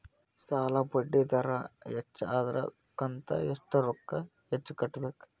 ಸಾಲಾ ಬಡ್ಡಿ ದರ ಹೆಚ್ಚ ಆದ್ರ ಕಂತ ಎಷ್ಟ ರೊಕ್ಕ ಹೆಚ್ಚ ಕಟ್ಟಬೇಕು?